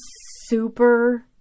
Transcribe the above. super